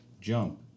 jump